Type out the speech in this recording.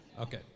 Okay